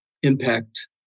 impact